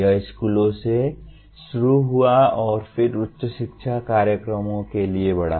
यह स्कूलों से शुरू हुआ और फिर उच्च शिक्षा कार्यक्रमों के लिए बढ़ा